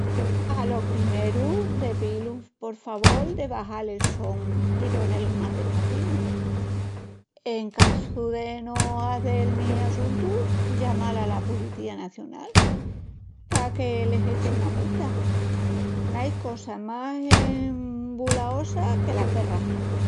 Alo primeru de piil por favol de baxal el son i poné-lu más despacinu. En casu de no hazel-mi assuntu, llamal ala policía nacional paque les echi una multa. N'ai cosa más embulaosa que las perras.